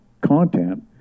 content